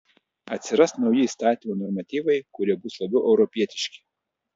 atsiras nauji įstatymų normatyvai kurie bus labiau europietiški